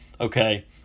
Okay